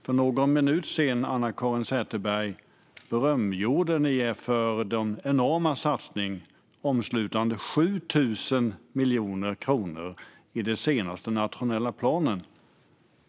För någon minut sedan, Anna-Caren Sätherberg, berömde ni er för den enorma satsningen omslutande 7 000 miljoner kronor i den senaste nationella planen.